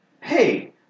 hey